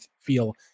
feel